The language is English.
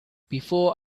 before